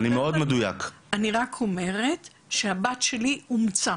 אני רק אומרת שהבת שלי אומצה.